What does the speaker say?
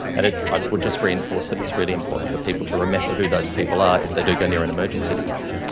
and i ah would just reinforce that it's really important for people to remember who those people are if they do go near an emergency department.